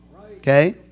Okay